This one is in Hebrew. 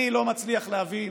אני לא מצליח להבין